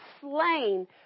slain